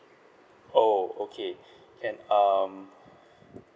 oo okay can um